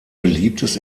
beliebtes